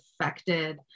affected